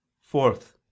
fourth